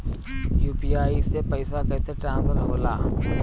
UPI से पैसा कैसे ट्रांसफर होला?